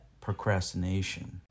procrastination